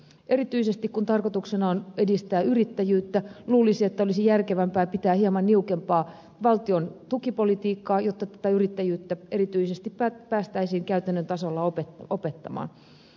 erityisesti kun tarkoituksena on edistää yrittäjyyttä luulisi että olisi järkevämpää pitää hieman niukempaa valtion tukipolitiikkaa jotta tätä yrittäjyyttä erityisesti päästäisiin käytännön tasolla opettamaan